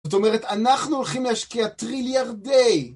זאת אומרת, אנחנו הולכים להשקיע טריליארדי...